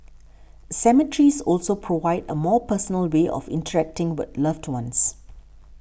cemeteries also provide a more personal way of interacting with loved ones